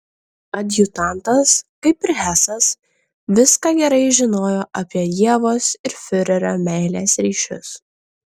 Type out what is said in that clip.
adjutantas kaip ir hesas viską gerai žinojo apie ievos ir fiurerio meilės ryšius